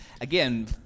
Again